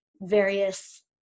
various